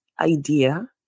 idea